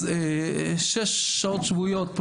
אז שש שעות שבועיות,